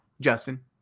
Justin